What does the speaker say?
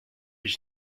ich